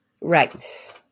Right